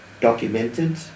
documented